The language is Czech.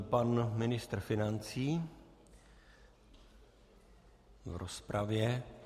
Pan ministr financí v rozpravě.